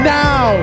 now